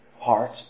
Heart